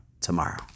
tomorrow